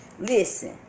listen